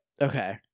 Okay